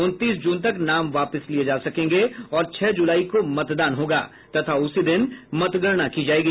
उनतीस जून तक नाम वापिस लिये जा सकेंगे और छह ज़लाई को मतदान होगा तथा उसी दिन मतगणना की जाएगी